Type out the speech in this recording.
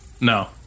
no